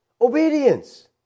obedience